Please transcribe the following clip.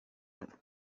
bat